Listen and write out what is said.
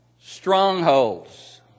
strongholds